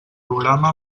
programa